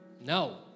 No